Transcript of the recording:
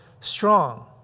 strong